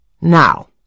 Now